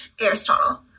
Aristotle